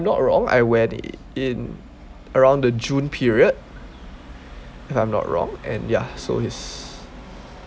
not wrong I went in around the june period if I'm not wrong and ya so he's